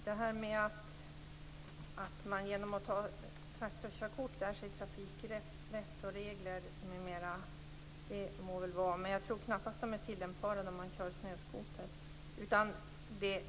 Fru talman! Att man genom att ta traktorkörkort lär sig trafikvett och regler må så vara. Men jag tror knappast att de är tillämpbara när man kör snöskoter.